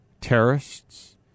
terrorists